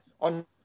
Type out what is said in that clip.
on